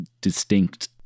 distinct